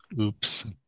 Oops